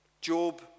Job